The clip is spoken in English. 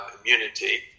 immunity